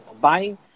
buying